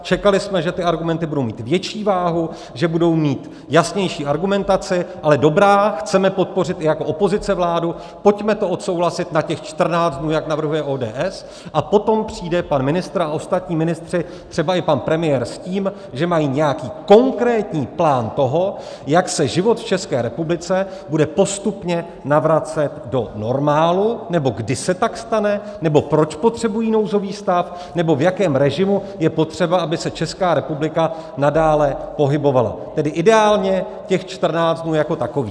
Čekali jsme, že ty argumenty budou mít větší váhu, že budou mít jasnější argumentaci, ale dobrá, chceme podpořit i jako opozice vládu, pojďme to odsouhlasit na těch 14 dnů, jak navrhuje ODS, a potom přijde pan ministr a ostatní ministři, třeba pan premiér, s tím, že mají nějaký konkrétní plán toho, jak se život v České republice bude postupně navracet do normálu, nebo kdy se tak stane, nebo proč potřebují nouzový stav, nebo v jakém režimu je potřeba, aby se Česká republika nadále pohybovala, tedy ideálně těch 14 dnů jako takových.